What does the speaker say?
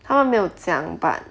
他都没有讲 but